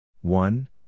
one